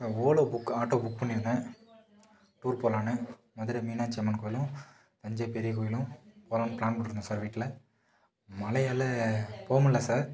sir Ola book auto book பண்ணியிருந்தேன் tour போகலான்னு மதுரை மீனாட்சி அம்மன் கோவிலும் தஞ்சை பெரிய கோவிலும் போகலான்னு பிளான் போட்டிருந்தேன் சார் வீட்டில் மழையால் போக முடில சார்